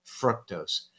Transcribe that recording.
fructose